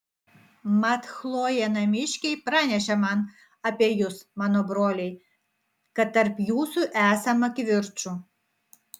mat chlojė namiškiai pranešė man apie jus mano broliai kad tarp jūsų esama kivirčų